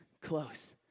close